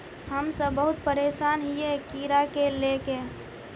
हम सब बहुत परेशान हिये कीड़ा के ले के?